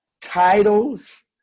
titles